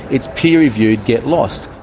it's peer-reviewed, get lost.